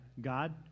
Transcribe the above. God